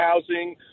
housing